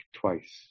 twice